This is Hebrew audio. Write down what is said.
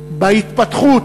בהתפתחות,